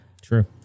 true